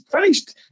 finished